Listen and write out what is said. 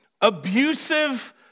Abusive